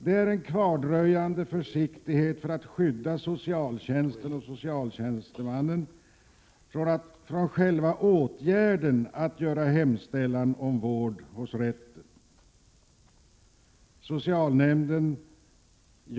Detta är en kvardröjande försiktighet för att skydda socialtjänsten och socialtjänstemännen från själva åtgärden att göra en hemställan om vård hos rätten.